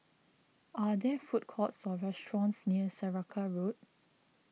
are there food courts or restaurants near Saraca Road